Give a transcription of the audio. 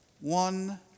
One